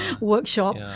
workshop